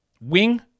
Wing